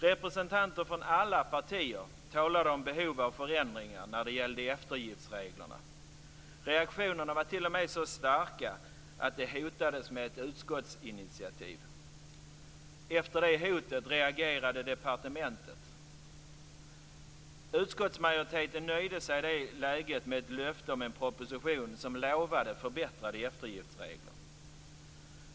Representanter från alla partier talade om behovet av förändringar när det gällde eftergiftsreglerna. Reaktionerna var t.o.m. så starka att det hotades med ett utskottsinitiativ. Efter det hotet reagerade departementet. Utskottsmajoriteten nöjde sig i det läget med ett löfte om en proposition med förbättrade eftergiftsregler.